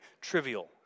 trivial